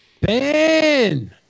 Ben